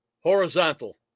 horizontal